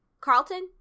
Carlton